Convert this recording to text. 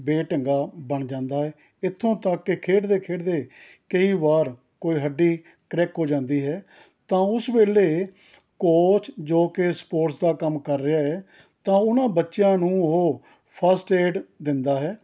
ਬੇਢੰਗਾ ਬਣ ਜਾਂਦਾ ਹੈ ਇੱਥੋਂ ਤੱਕ ਕਿ ਖੇਡਦੇ ਖੇਡਦੇ ਕਈ ਵਾਰ ਕੋਈ ਹੱਡੀ ਕਰੈਕ ਹੋ ਜਾਂਦੀ ਹੈ ਤਾਂ ਉਸ ਵੇਲੇ ਕੌਚ ਜੋ ਕਿ ਸਪੋਟਸ ਦਾ ਕੰਮ ਕਰ ਰਿਹਾ ਹੈ ਤਾਂ ਉਹਨਾਂ ਬੱਚਿਆਂ ਨੂੰ ਉਹ ਫ਼ਸਟ ਏਡ ਦਿੰਦਾ ਹੈ